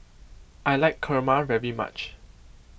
I like Kurma very much